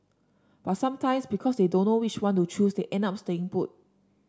but sometimes because they don't know which one to choose they end up staying put